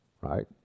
Right